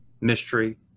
mystery